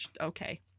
Okay